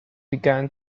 began